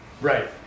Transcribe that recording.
Right